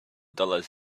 dollars